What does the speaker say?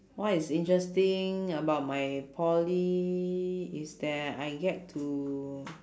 what is interesting about my poly is that I get to